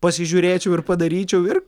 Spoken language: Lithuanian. pasižiūrėčiau ir padaryčiau ir